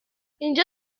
اینجا